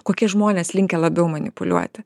kokie žmonės linkę labiau manipuliuoti